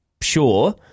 sure